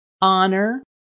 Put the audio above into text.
honor